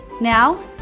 Now